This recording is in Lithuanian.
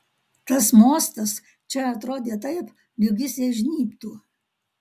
tas mostas čia atrodė taip lyg jis jai žnybtų